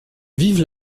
vive